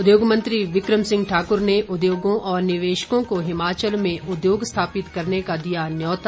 उद्योग मंत्री बिक्रम सिंह ठाकुर ने उद्योगों और निवेशकों को हिमाचल में उद्योग स्थापित करने का दिया न्यौता